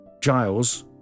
Giles